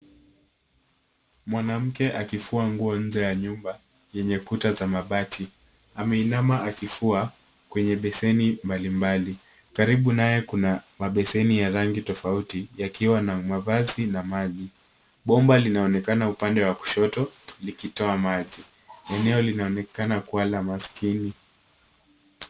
Mwanamke akifua nguo nje ya nyumba yenye kuta za mabati. Ameinama akifua kwenye beseni mbalimbali. Karibu naye kuna mabeseni ya rangi tofauti yakiwa na mavazi na maji. Bomba linaonekana upande wa kushoto likitoa maji. Eneo linaonekana kuwa la maskini.